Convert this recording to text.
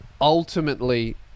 ultimately